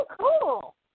cool